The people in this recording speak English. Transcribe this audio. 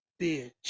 bitch